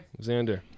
Xander